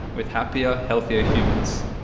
with happier, healthier humans?